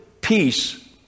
peace